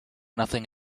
nothing